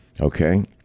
Okay